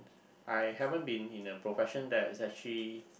I haven't been in a profession that is actually